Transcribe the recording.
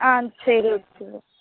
ஆ சரி ஓகே